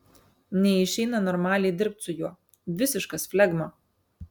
neišeina normaliai dirbt su juo visiškas flegma